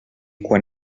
quan